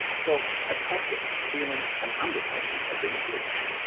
phelps attacked it, feeling an undertaking had been breached.